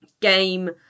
game